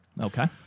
Okay